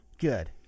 Good